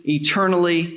eternally